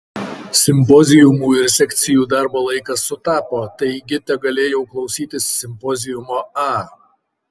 simpoziumų ir sekcijų darbo laikas sutapo taigi tegalėjau klausytis simpoziumo a